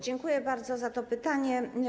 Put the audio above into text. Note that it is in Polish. Dziękuję bardzo za to pytanie.